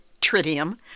tritium